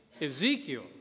Ezekiel